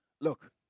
Look